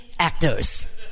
Actors